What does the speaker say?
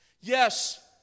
Yes